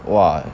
!wah!